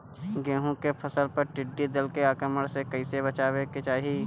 गेहुँ के फसल पर टिड्डी दल के आक्रमण से कईसे बचावे के चाही?